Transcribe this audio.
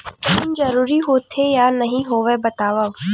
ऋण जरूरी होथे या नहीं होवाए बतावव?